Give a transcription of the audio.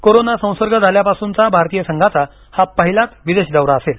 corona संसर्ग सुरू झाल्यापासूनचा भारतीय संघाचा हा पहिलाच विदेश दौरा असेल